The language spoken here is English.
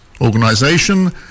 organization